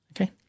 Okay